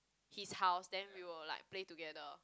his house then we will like play together